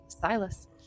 Silas